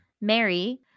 mary